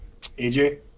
AJ